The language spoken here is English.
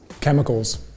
Chemicals